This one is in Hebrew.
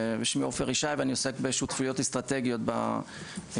שמי עופר ישי ואני עוסק בשותפויות אסטרטגיות במקום.